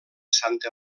santa